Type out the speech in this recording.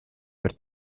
per